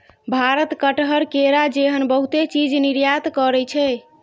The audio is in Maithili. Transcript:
भारत कटहर, केरा जेहन बहुते चीज निर्यात करइ छै